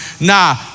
Nah